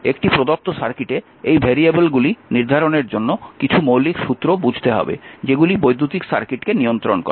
একটি প্রদত্ত সার্কিটে এই ভেরিয়েবলগুলি নির্ধারণের জন্য কিছু মৌলিক সূত্র বুঝতে হবে যেগুলি বৈদ্যুতিক সার্কিটকে নিয়ন্ত্রণ করে